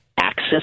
access